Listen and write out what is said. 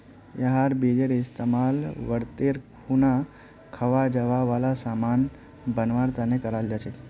यहार बीजेर इस्तेमाल व्रतेर खुना खवा जावा वाला सामान बनवा तने कराल जा छे